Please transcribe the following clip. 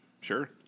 Sure